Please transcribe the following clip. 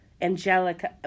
Angelica